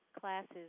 classes